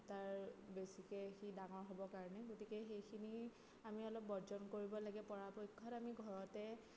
তাৰ বেছিকে সি ডাঙৰ হ'বৰ কাৰণে গতিকে সেইখিনি আমি অলপ বৰ্জন কৰিব লাগে পৰাপক্ষত আমি ঘৰতে